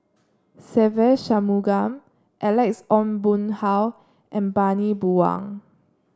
Se Ve Shanmugam Alex Ong Boon Hau and Bani Buang